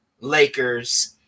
Lakers